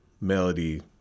melody